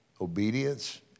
obedience